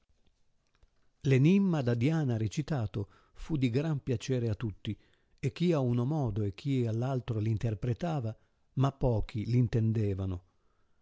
enimma da diana recitato fu di gran piacere a tutti e chi ad uno modo e chi a l'altro l'interpretava ma pochi l'intendevano